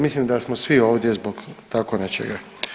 Mislim da smo svi ovdje zbog tako nečega.